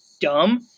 dumb